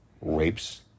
rapes